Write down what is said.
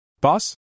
Boss